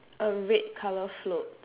a red colour float